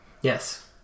Yes